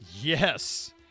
yes